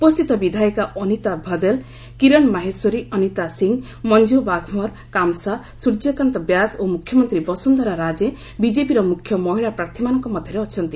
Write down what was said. ଉପସ୍ଥିତ ବିଧାୟିକା ଅନୀତା ଭଦେଲ୍ କିରଣ ମାହେଶ୍ୱରୀ ଅନୀତା ସିଂ ମଞ୍ଜୁ ବାଘମର କାମସା ସ୍ୱର୍ଯ୍ୟକାନ୍ତା ବ୍ୟାସ ଓ ମୁଖ୍ୟମନ୍ତ୍ରୀ ବସୁନ୍ଧରା ରାଜେ ବିକେପିର ମୁଖ୍ୟ ମହିଳା ପ୍ରାର୍ଥୀମାନଙ୍କ ମଧ୍ୟରେ ଅଛନ୍ତି